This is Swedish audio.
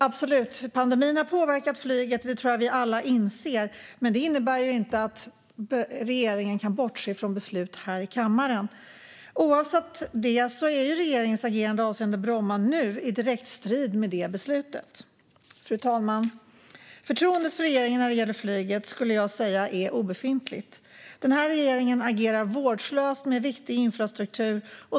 Absolut - pandemin har påverkat flyget. Det tror jag att vi alla inser. Men det innebär inte att regeringen kan bortse från beslut här i kammaren. Oavsett det står regeringens agerande avseende Bromma nu i direkt strid med det beslutet. Fru talman! Förtroendet för regeringen när det gäller flyget skulle jag säga är obefintligt. Den här regeringen agerar vårdslöst med viktig infrastruktur.